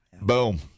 Boom